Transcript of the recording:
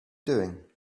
doing